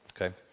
okay